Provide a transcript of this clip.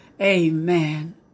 Amen